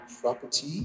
property